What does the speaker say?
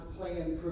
plan